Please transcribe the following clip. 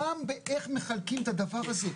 גם איך מחלקים את הדבר הזה.